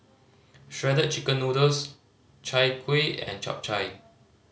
Shredded Chicken Noodles Chai Kuih and Chap Chai